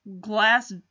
glass